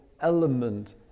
element